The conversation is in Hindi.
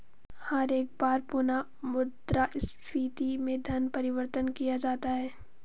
हर एक बार पुनः मुद्रा स्फीती में धन परिवर्तन किया जाता है